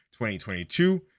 2022